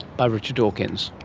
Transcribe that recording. by richard dawkins.